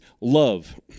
love